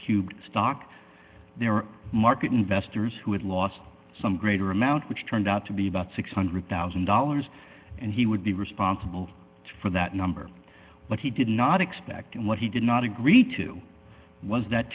cube stock their market investors who had lost some greater amount which turned out to be about six hundred thousand dollars and he would be responsible for that number but he did not expect and what he did not agree to was that